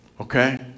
okay